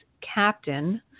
captain